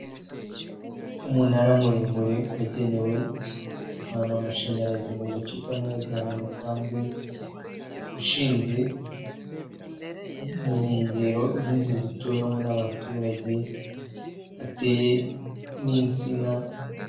Umunara muremure wagenewe kuvana amashanyarazi mu gace kamwe uyajyana mu kandi, ushinze mu nkengero z'inzu zituwemo n'abaturage hateye n'insina...